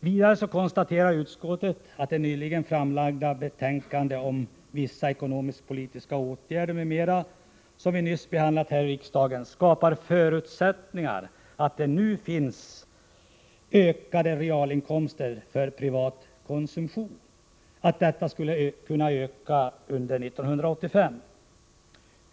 Vidare konstaterar utskottet att det nyligen framlagda betänkandet om vissa ekonomisk-politiska åtgärder m.m., som vi nyss behandlat här i riksdagen, skapar förutsättningar för ökade realinkomster för privat konsumtion och att detta skulle kunna öka under 1985.